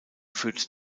führt